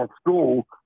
school